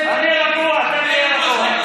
אתה לא מנהל את הישיבה.